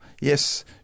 yes